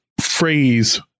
phrase